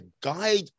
guide